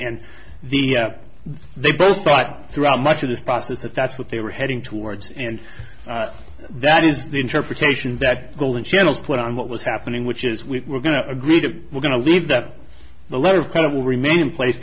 and they both thought throughout much of this process that that's what they were heading towards and that is the interpretation that golden channels put on what was happening which is we were going to agree to we're going to leave that the letter of credit will remain in place